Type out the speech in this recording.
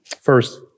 First